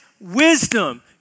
wisdom